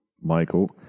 Michael